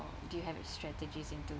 or do you have strategies into